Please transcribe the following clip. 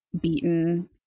beaten